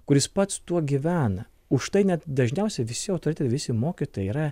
kuris pats tuo gyvena už tai net dažniausiai visi autoritetai visi mokytojai yra